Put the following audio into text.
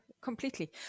completely